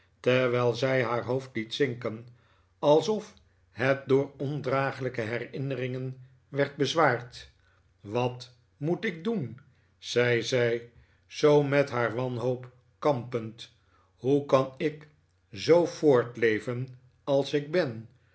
terwijl zij haar hoofd liet zinken alsof het door ondraaglijke herinneringen werd bezwaard wat moet ik doen zei zij zoo met haar wanhoop kampend hoe kan ik zoo voortleven als ik ben